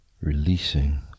releasing